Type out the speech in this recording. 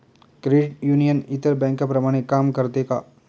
Credit union इतर बँकांप्रमाणे काम करते का?